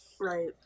Right